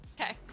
Okay